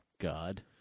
God